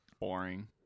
boring